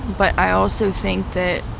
but i also think that